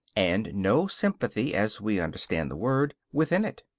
and no sympathy, as we understand the word, within it.